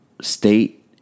state